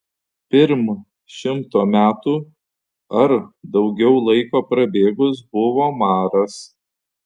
pirm šimto metų ar daugiau laiko prabėgus buvo maras